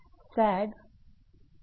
sag m f